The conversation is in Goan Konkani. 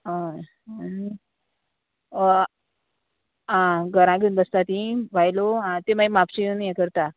हय आं घरा घेवन बसता ती भायलो आं ती मागीर म्हापशे येवन हें करता